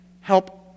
help